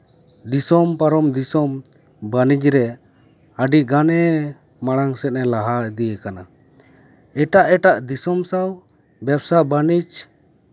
ᱫᱤᱥᱳᱢ ᱯᱟᱨᱚᱢ ᱫᱤᱥᱳᱢ ᱵᱟᱹᱱᱤᱡ ᱨᱮ ᱟᱹᱰᱤ ᱜᱟᱱᱮ ᱢᱟᱲᱟᱝ ᱥᱮᱱᱮ ᱞᱟᱦᱟ ᱤᱫᱤ ᱟᱠᱟᱱᱟ ᱮᱴᱟᱜ ᱮᱴᱟᱜ ᱫᱤᱥᱳᱢ ᱥᱟᱶ ᱵᱮᱵᱥᱟ ᱵᱟᱱᱤᱡᱽ